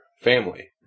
family